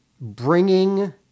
bringing